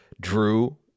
Drew